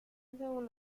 según